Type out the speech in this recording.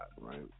right